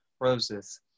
roses